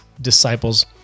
disciples